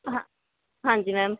ਹਾ ਹਾਂਜੀ ਮੈਮ